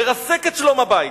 לרסק את שלום הבית.